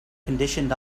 conditioned